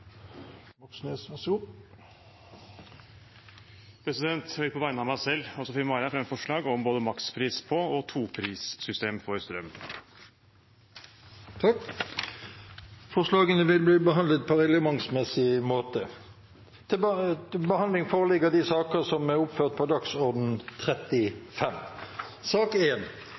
Jeg vil på vegne av meg selv og Sofie Marhaug fremme forslag om å innføre både makspris på og toprissystem for strøm. Forslagene vil bli behandlet på reglementsmessig måte. Etter ønske fra kommunal- og forvaltningskomiteen vil presidenten ordne debatten slik: 3 minutter til